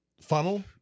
funnel